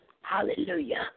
Hallelujah